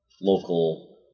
local